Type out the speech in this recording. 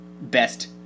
best